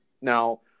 Now